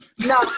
No